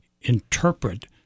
interpret